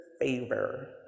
favor